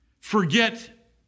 Forget